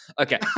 Okay